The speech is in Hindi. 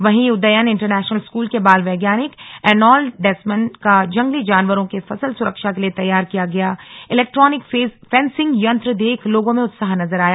वहीं उदयन इंटरनेशनल स्कूल के बाल वैज्ञानिक एरनॉल्ड डेसमंड का जंगली जानवरों से फसल सुरक्षा के लिए तैयार किया गया इलेक्ट्रानिक फेंसिंग यंत्र देख लोगों में उत्साह नजर आया